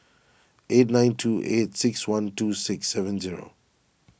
eight nine two eight six one two six seven zero